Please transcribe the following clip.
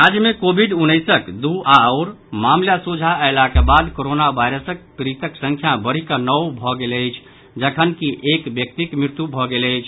राज्य मे कोविड उन्नैसक दू आओर मामिला सोझा अयलाक बाद कोरोना वायरस पीड़ितक संख्या बढ़ि कऽ नओ भऽ गेल अछि जखनकि एक व्यक्तिक मृत्यु भऽ गेल अछि